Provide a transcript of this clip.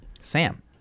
Sam